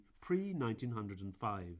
pre-1905